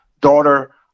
daughter